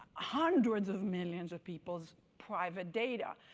hundreds of millions of people's private data.